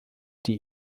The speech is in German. die